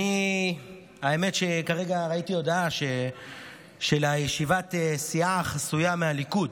האמת שכרגע ראיתי הודעה של ישיבת סיעה חסויה מהליכוד,